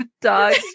dogs